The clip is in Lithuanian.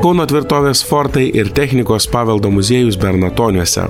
kauno tvirtovės fortai ir technikos paveldo muziejus bernatoniuose